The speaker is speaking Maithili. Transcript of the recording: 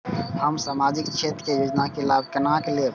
हम सामाजिक क्षेत्र के योजना के लाभ केना लेब?